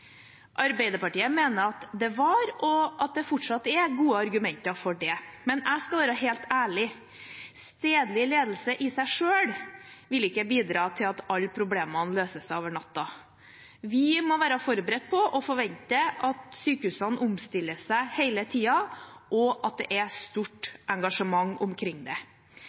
Arbeiderpartiet mener at det var, og at det fortsatt er, gode argumenter for det. Jeg skal være helt ærlig: Stedlig ledelse i seg selv vil ikke bidra til at alle problemene løser seg over natten. Vi må være forberedt på og forvente at sykehusene hele tiden omstiller seg, og at det er stort engasjement omkring det.